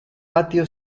patio